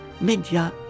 Médias